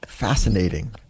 Fascinating